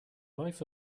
life